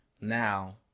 Now